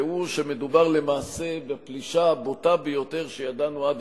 והוא שמדובר למעשה בפלישה הבוטה ביותר שידעו עד